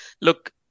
Look